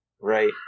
Right